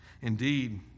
Indeed